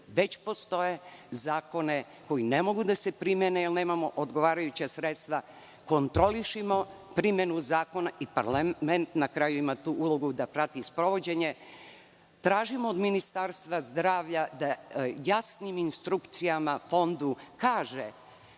već postoje, zakone koji ne mogu da se primene jer nemamo odgovarajuća sredstva. Kontrolišimo primenu zakona. Na kraju, parlament i ima tu ulogu da prati sprovođenje. Tražimo od Ministarstva zdravlja da jasnim instrukcijama Fondu kaže